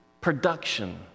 production